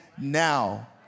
now